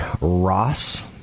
Ross